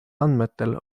andmetel